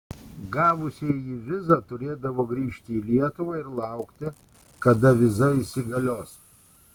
gavusieji vizą turėdavo grįžti į lietuvą ir laukti kada viza įsigalios